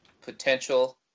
potential